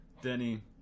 Denny